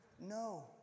No